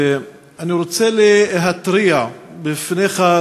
אני רוצה להתריע בפניך,